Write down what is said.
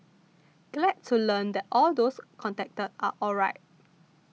glad to learn that all those contacted are alright